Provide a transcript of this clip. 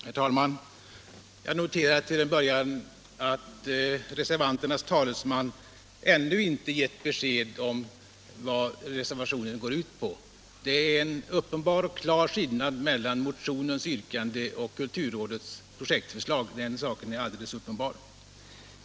Herr talman! Jag noterar till en början att reservanternas talesman ännu inte har gett besked om vad reservationen går ut på. Att det är en klar skillnad mellan motionens yrkande och kulturrådets projektförslag är alldeles uppenbart.